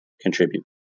contribute